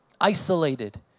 isolated